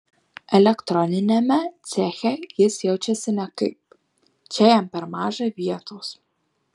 elektroniniame ceche jis jaučiasi nekaip čia jam per maža vietos